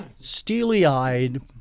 steely-eyed